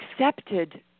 accepted